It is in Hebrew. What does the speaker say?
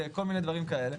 וכל מיני דברים כאלה,